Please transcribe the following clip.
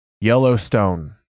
yellowstone